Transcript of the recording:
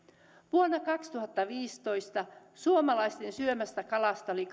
vuonna kaksituhattaviisitoista suomalaisten syömästä kalasta oli